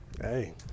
hey